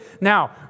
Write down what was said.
Now